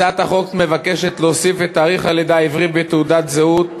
הצעת החוק מבקשת להוסיף את תאריך הלידה העברי בתעודת הזהות,